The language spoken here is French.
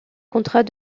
contrat